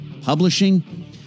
Publishing